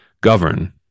govern